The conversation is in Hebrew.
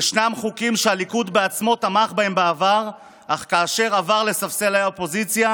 ישנם חוקים שהליכוד בעצמו תמך בהם בעבר אך כאשר עבר לספסלי האופוזיציה,